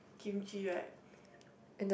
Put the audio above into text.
Kimchi right